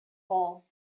hole